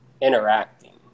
interacting